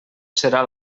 serà